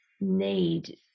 need